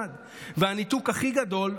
1. והניתוק הכי גדול,